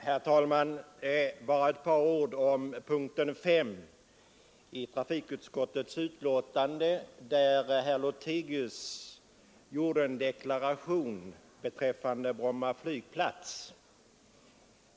Herr talman! Jag skall säga ett par ord om punkten 5 i trafikutskottets betänkande, eftersom herr Lothigius förut gjorde en deklaration beträffande Bromma flygplats.